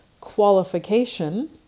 qualification